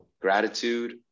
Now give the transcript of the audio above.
gratitude